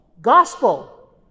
gospel